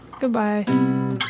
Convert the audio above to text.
Goodbye